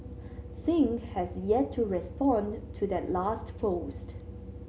Singh has yet to respond to that last post